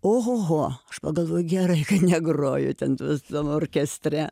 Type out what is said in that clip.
ohoho aš pagalvojau gerai kad negroju ten tas tam orkestre